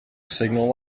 signal